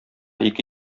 ике